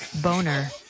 Boner